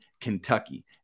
Kentucky